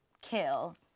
kill